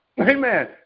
Amen